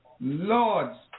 Lords